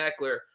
Eckler